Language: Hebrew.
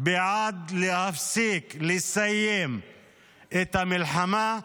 בעד להפסיק, לסיים את המלחמה,